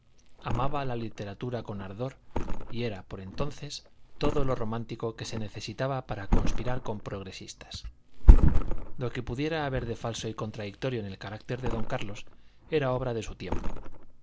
amaba la literatura con ardor y era por entonces todo lo romántico que se necesitaba para conspirar con progresistas lo que pudiera haber de falso y contradictorio en el carácter de don carlos era obra de su tiempo